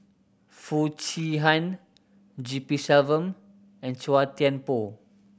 Foo Chee Han G P Selvam and Chua Thian Poh